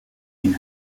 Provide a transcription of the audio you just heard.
این